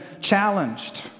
challenged